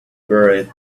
buried